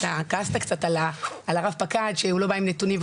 אתה כעסת קצת על הרפ"ק שהוא לא בא עם נתונים,